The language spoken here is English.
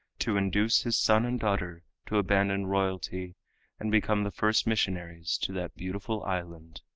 to induce his son and daughter to abandon royalty and become the first missionaries to that beautiful island.